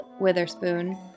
Witherspoon